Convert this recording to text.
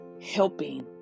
helping